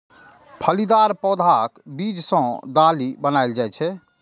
फलीदार पौधाक बीज सं दालि बनाएल जाइ छै